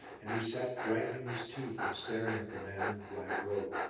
and he sat grinding his teeth and staring at the man in the black robe.